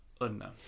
unknown